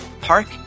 park